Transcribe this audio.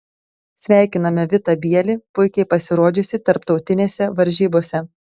sveikiname vitą bielį puikiai pasirodžiusį tarptautinėse varžybose